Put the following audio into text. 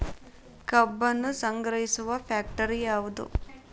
ಕಬ್ಬನ್ನು ಸಂಗ್ರಹಿಸುವ ಫ್ಯಾಕ್ಟರಿ ಯಾವದು?